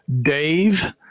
dave